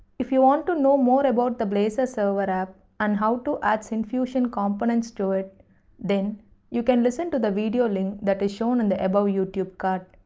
if you want to know more about the blazor server so but app and how to add syncfusion components to it then you can listen to the video link that is shown in the above youtube card.